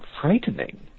frightening